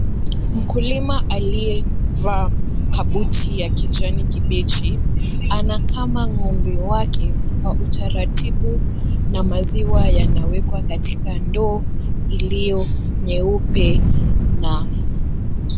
Mkulima aliyevaa kabuti ya kijani kibichi, anakama ng'ombe wake kwa utaratibu na maziwa yanawekwa katika ndoo iliyo nyeupe na.